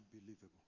unbelievable